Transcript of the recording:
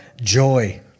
joy